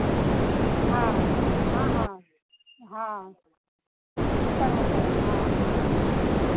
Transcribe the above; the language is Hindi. हाँ हाँ हाँ हाँ अंतर होता है हाँ